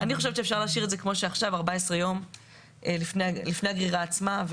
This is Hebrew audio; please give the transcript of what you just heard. את זה כמו היום, 14 ימים לפני הגרירה עצמה.